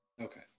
Okay